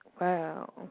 Wow